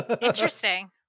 interesting